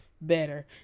better